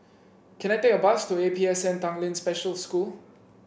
can I take a bus to A P S N Tanglin Special School